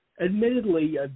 admittedly